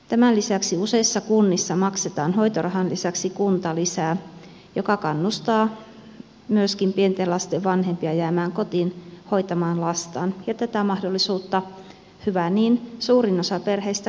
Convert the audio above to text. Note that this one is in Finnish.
tämän lisäksi useissa kunnissa maksetaan hoitorahan lisäksi kuntalisää joka kannustaa myöskin pienten lasten vanhempia jäämään kotiin hoitamaan lastaan ja tätä mahdollisuutta hyvä niin suurin osa perheistä käyttää